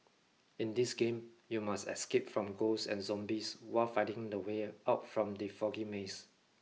in this game you must escape from ghosts and zombies while finding the way out from the foggy maze